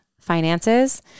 finances